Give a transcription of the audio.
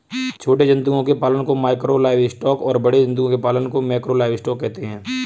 छोटे जंतुओं के पालन को माइक्रो लाइवस्टॉक और बड़े जंतुओं के पालन को मैकरो लाइवस्टॉक कहते है